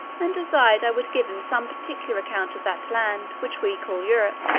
and desired i would give him some particular account of that land which we call europe,